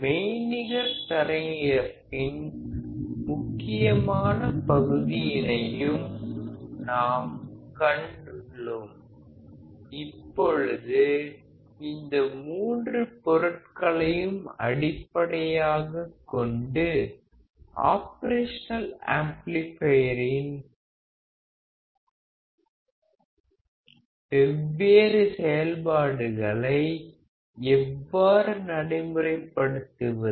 மெய்நிகர் தரையிணைப்பின் முக்கியமான பகுதியினையும் நாம் கொண்டுள்ளோம் இப்பொழுது இந்த மூன்று பொருட்களையும் அடிப்படையாகக் கொண்டு ஆப்ரேஷனல் ஆம்ப்ளிபையரின் வெவ்வாறு செயல்பாடுகளை எவ்வாறு நடைமுறைப்படுத்துவது